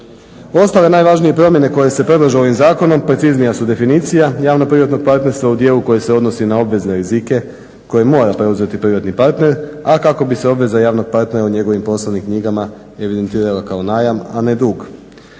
Ostale najvažnije promjene koje se predlažu ovim zakonom preciznija su definicija javno-privatnog partnerstva u dijelu koji se odnosi na obvezne rizike koje mora preuzeti privatni partner, a kako bi se obveza javnog partnera u njegovim poslovnim knjigama evidentirala kao najam, a ne dug.